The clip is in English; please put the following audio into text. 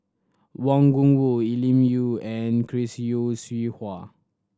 Wang Gungwu Elim You and Chris Yeo Siew Hua